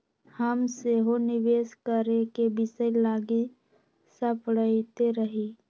हम सेहो निवेश करेके विषय लागी सपड़इते रही